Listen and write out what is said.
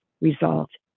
resolved